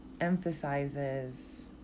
emphasizes